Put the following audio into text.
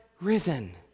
risen